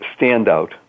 standout